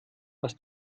was